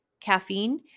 caffeine